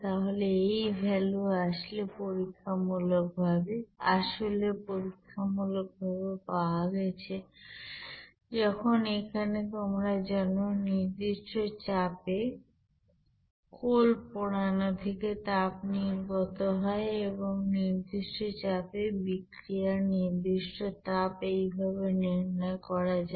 তাহলে এই ভ্যালু আসলে পরীক্ষামূলক ভাবে পাওয়া গেছে যখন এখানে তোমরা জানো নির্দিষ্ট চাপে কোল পোড়ানো থেকে তাপ নির্গত হয় এবং নির্দিষ্ট চাপে বিক্রিয়ার নির্দিষ্ট তাপ এইভাবে নির্ণয় করা যায়